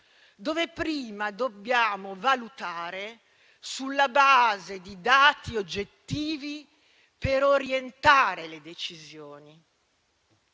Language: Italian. dove prima dobbiamo valutare, sulla base di dati oggettivi, per orientare le decisioni.